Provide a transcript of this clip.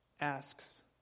asks